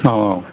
औ औ